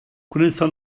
gwnaethon